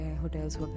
hotels